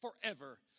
forever